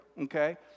okay